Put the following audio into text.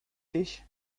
dich